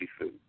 food